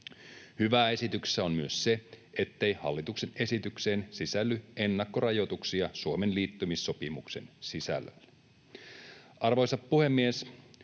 Hyvää esityksessä on myös se, ettei hallituksen esitykseen sisälly ennakkorajoituksia Suomen liittymissopimuksen sisällölle. Arvoisa puhemies!